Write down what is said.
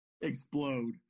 explode